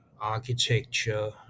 architecture